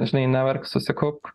žinai neverk susikaupk